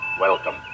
welcome